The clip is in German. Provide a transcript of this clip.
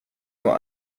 nur